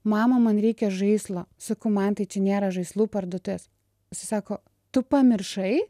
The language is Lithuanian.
mama man reikia žaislo sakau mantai čia nėra žaislų parduotuvės jisai sako tu pamiršai